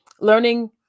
Learning